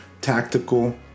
tactical